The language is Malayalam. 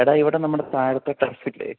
എടാ ഇവിടെ നമ്മുടെ താഴത്തെ ടർഫില്ലേ